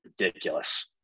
ridiculous